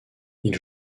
ils